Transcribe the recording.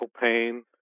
pain